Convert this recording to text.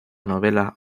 novela